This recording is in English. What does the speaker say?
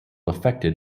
affected